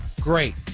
great